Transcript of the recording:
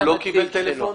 הוא לא קיבל טלפון?